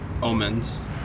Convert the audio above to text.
Omens